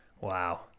Wow